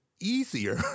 easier